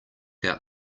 out